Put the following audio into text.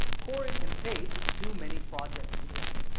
corey and paige do many projects together.